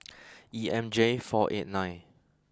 E M J four eight nine